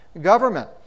government